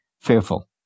fearful